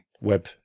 web